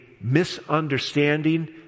misunderstanding